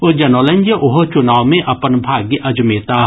ओ जनौलनि जे ओहो चुनाव मे अपन भाग्य अजमेताह